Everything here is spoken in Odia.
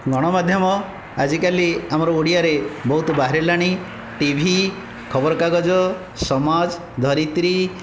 ଗଣମାଧ୍ୟମ ଆଜିକାଲି ଆମର ଓଡ଼ିଆରେ ବହୁତ ବାହାରିଲାଣି ଟିଭି ଖବରକାଗଜ ସମାଜ ଧରିତ୍ରୀ